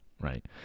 right